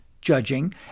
judging